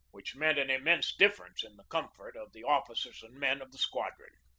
which meant an immense difference in the comfort of the officers and men of the squadron.